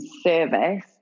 service